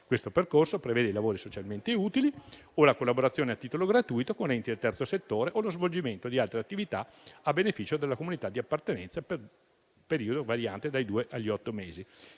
Questo percorso prevede i lavori socialmente utili, la collaborazione a titolo gratuito con enti del terzo settore o lo svolgimento di altre attività a beneficio della comunità di appartenenza per un periodo variante dai due agli otto mesi.